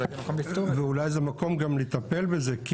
ואולי זה מקום גם לטפל בזה.